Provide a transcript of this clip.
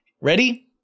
ready